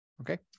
Okay